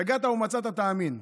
יגעת ומצאת תאמין.